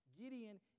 Gideon